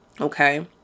Okay